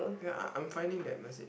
ya I I'm finding that message